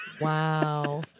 Wow